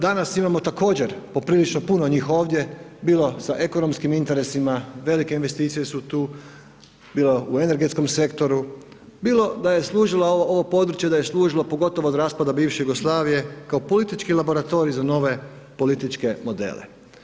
Danas imamo također poprilično puno njih ovdje, bilo sa ekonomskim interesima, velike investicije su tu, bilo u energetskom sektoru, bilo da je služilo ovo područje pogotovo od raspada bivše Jugoslavije kao politički laboratorij za nove političke modele.